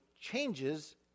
changes